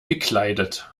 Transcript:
gekleidet